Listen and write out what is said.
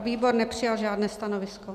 Výbor nepřijal žádné stanovisko.